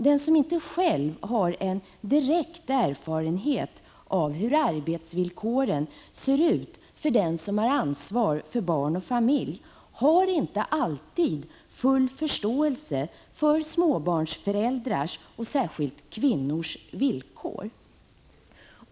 Den som inte själv har en direkt erfarenhet av hur arbetsvillkoren ser ut för den som har ansvar för barn och familj har inte alltid full förståelse för småbarnsföräldrars och särskilt kvinnors villkor.